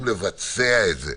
מפה גלגלתם את הכדור אליהם,